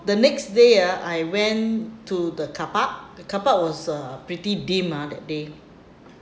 the next day ah I went to the car park the car park was uh pretty dim ah that day